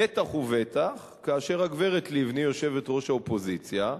בטח ובטח כאשר הגברת לבני, יושבת-ראש האופוזיציה,